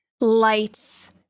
lights